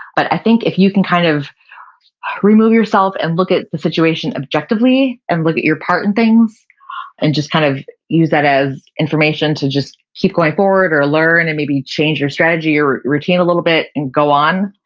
but i think if you can kind of remove yourself and look at the situation objectively and look at your part in things and just kind of use that as information to just keep going forward or learn and maybe change your strategy or routine a little bit and go on,